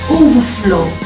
overflow